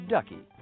Ducky